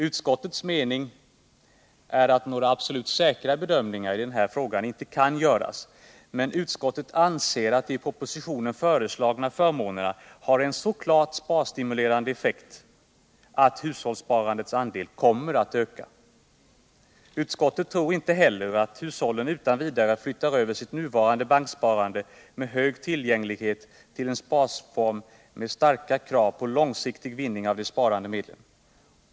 Utskottets mening är att några absolut säkra bedömningar i den här frågan inte kan göras. Men utskottet anser att de i propositionen föreslagna förmånerna har en så klart sparstimulerande effekt att hushållssparandets andel kommer att öka. Utskottet tror inte heller att hushållen utan vidare flyttar över sitt nuvarande banksparande med hög Värdesäkert lön sparande Värdesäkert lönsparande tillgänglighet till en sparform med starka krav på lånpsiktig vinning av de sparade medlen.